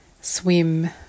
swim